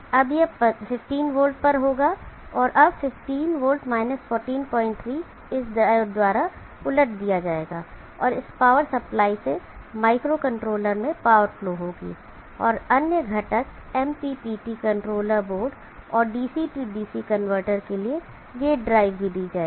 अब यह 15v पर होगा अब 15v 143 इस डायोड द्वारा उलट जाएगा और इस पावर सप्लाई से माइक्रोकंट्रोलर में पावर फ्लो होगी और अन्य घटक MPPT कंट्रोलर बोर्ड और DC DC कनवर्टर के लिए गेट ड्राइव भी दी जाएगी